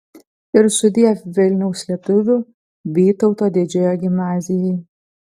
ir sudiev vilniaus lietuvių vytauto didžiojo gimnazijai